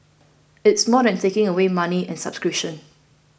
it's more than taking away money and subscriptions